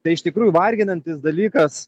tai iš tikrųjų varginantis dalykas